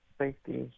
safety